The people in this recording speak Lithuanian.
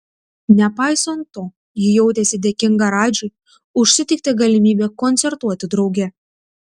nepaisant to ji jautėsi dėkinga radžiui už suteikta galimybę koncertuoti drauge